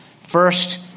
first